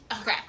Okay